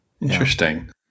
Interesting